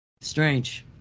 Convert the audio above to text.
Strange